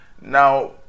now